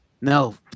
No